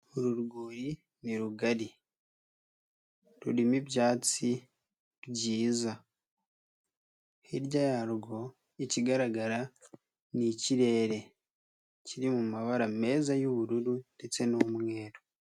Uru rwuri ni rugari. Rurimo ibyatsi byiza. Hirya yarwo ikigaragara ni ikirere, kiri mu mabara meza y'ubururu ndetse n'umweru.